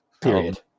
period